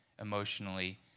emotionally